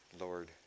Lord